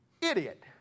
idiot